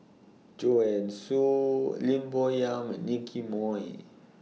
Joanne Soo Lim Bo Yam Nicky Moey